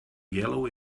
yellow